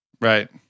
Right